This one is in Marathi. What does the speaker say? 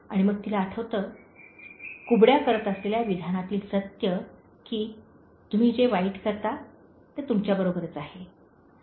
आणि मग तिला आठवते कुबड्या करत असलेल्या विधानातील सत्य की "तुम्ही जे वाईट करता ते तुमच्याबरोबरच आहे